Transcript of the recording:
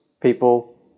people